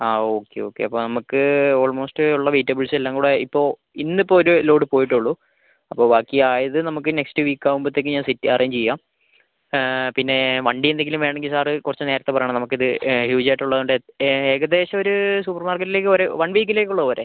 ആ okay okay അപ്പം നമുക്ക് ഓൾമോസ്റ്റ് ഉള്ള വെജിറ്റബിൾസ് എല്ലാം കൂടെ ഇപ്പോൾ ഇന്ന് ഇപ്പോൾ ഒര് ലോഡ് പോയിട്ടെ ഉള്ളൂ അപ്പോൾ ബാക്കി ആയത് നമുക്ക് നെക്സ്റ്റ് വീക്ക് ആകുമ്പത്തേക്ക് ഞാൻ സെറ്റ് ചെയ്യാം അറേഞ്ച് ചെയ്യാം പിന്നെ വണ്ടി എന്തെങ്കിലും വേണമെങ്കിൽ സാറ് കുറച്ച് നേരത്തെ പറയണം നമുക്ക് ഇത് ഹ്യൂജ് ആയിട്ട് ഉള്ളത് കൊണ്ട് ഏകദേശം ഒര് സൂപ്പർ മാർക്കറ്റിലേക്ക് ഒര് വൺ വീക്കിലേക്ക് ഉള്ള പോരെ